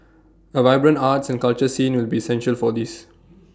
A vibrant arts and culture scene will be essential for this